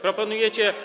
Proponujecie.